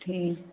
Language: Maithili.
ठीक